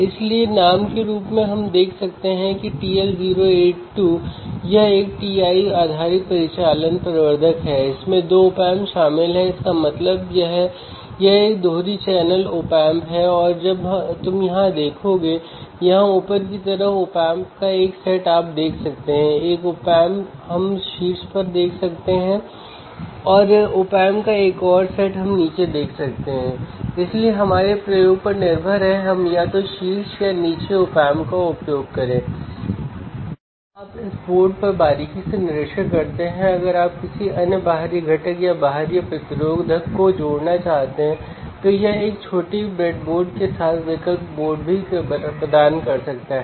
लेकिन आप जब भी ऐसा सर्किट देखेंगे जहां आप R2 और R1 की उपेक्षा कर रहे हैं शायद ही कभी बफर के रूप में कनेक्ट होते हैं ठीक है